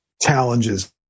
challenges